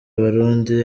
abarundi